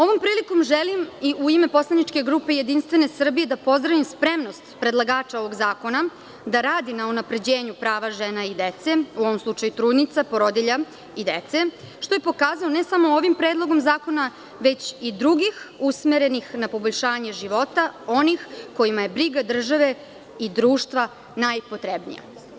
Ovom prilikom želim i u ime poslaničke grupe JS da pozdravim spremnost predlagača ovog zakona, da radi na unapređenju prava žena i dece, u ovom slučaju trudnica, porodilja i dece, što je pokazano ne samo ovim predlogom zakona, već i drugih usmerenih na poboljšanju života, onima kojima je briga države i društva najpotrebnija.